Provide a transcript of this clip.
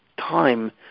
time